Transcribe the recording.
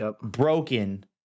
broken